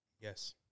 Yes